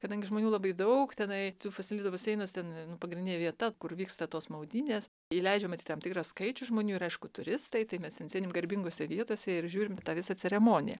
kadangi žmonių labai daug tenai su fasilido baseinas ten nu pagrindinė vieta kur vyksta tos maudynės įleidžiama tik tam tikrą skaičių žmonių ir aišku turistai tai mes ten sėdim garbingose vietose ir žiūrim į tą visą ceremoniją